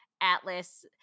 Atlas